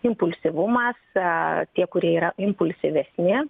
impulsyvumas tie kurie yra impulsyvesni